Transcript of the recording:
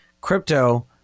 crypto